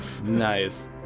Nice